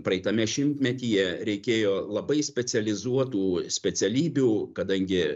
praeitame šimtmetyje reikėjo labai specializuotų specialybių kadangi